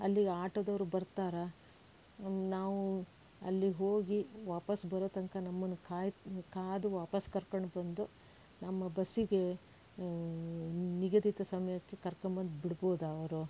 ಅಲ್ಲಿಗೆ ಆಟೋದವರು ಬರ್ತಾರಾ ನಾವು ಅಲ್ಲಿಗೆ ಹೋಗಿ ವಾಪಸ್ ಬರೋ ತನಕ ನಮ್ಮನ್ನು ಕಾಯ್ ಕಾದು ವಾಪಸ್ ಕರ್ಕೊಂಡು ಬಂದು ನಮ್ಮ ಬಸ್ಸಿಗೆ ನಿಗದಿತ ಸಮಯಕ್ಕೆ ಕರ್ಕೊಂಬಂದು ಬಿಡ್ಬೋದಾ ಅವರು